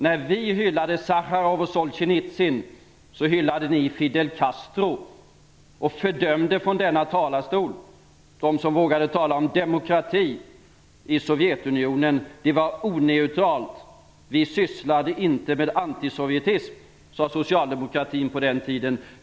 När vi hyllade Sacharov och Solsjenitsyn, hyllade ni Fidel Castro och fördömde från denna talarstol dem som vågade tala om demokrati i Sovjetunionen. Det var oneutralt. Vi sysslar inte med antisovjetism, sade Socialdemokratin på den tiden.